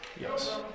Yes